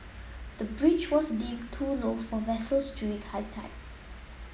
the bridge was deemed too low for vessels during high tide